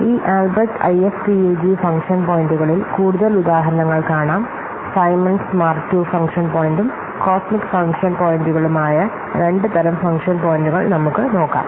ഈ Albrecht IFPUG function പോയിന്റുകളിൽ Albrecht IFPUG function point കൂടുതൽ ഉദാഹരണങ്ങൾ കാണാം സൈമൺസ് മാർക്ക് II ഫംഗ്ഷൻ പോയിന്റും Symons Mark II function point COSMIC function പോയിന്റുകളുമായ രണ്ട് തരം ഫംഗ്ഷൻ പോയിൻറുകൾ നമുക്ക് നോക്കാം